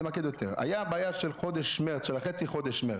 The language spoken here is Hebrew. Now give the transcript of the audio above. הייתה בעיה של חצי חודש מרץ,